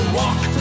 walk